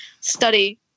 study